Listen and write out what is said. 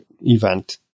event